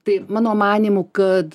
tai mano manymu kad